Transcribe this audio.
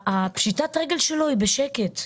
שפשיטת הרגל שלו היא בשקט,